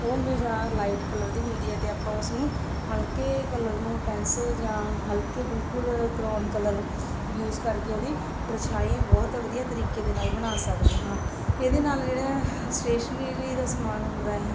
ਉਹ ਹਮੇਸ਼ਾ light colour ਦੀ ਹੁੰਦੀ ਹੈ ਅਤੇ ਆਪਾਂ ਉਸ ਨੂੰ ਹਲਕੇ ਕਲਰ ਨੂੰ ਪੈਨਸਲ ਜਾਂ ਹਲਕੇ ਬਿਲਕੁਲ ਕਰੋਨ ਕਲਰ ਯੂਜ ਕਰਕੇ ਉਹਦੀ ਪਰਛਾਈ ਬਹੁਤ ਵਧੀਆ ਤਰੀਕੇ ਦੇ ਨਾਲ ਬਣਾ ਸਕਦੇ ਹਾਂ ਇਹਦੇ ਨਾਲ ਜਿਹੜਾ ਸਟੇਸ਼ਨਰੀ ਦਾ ਸਮਾਨ ਹੁੰਦਾ ਹੈ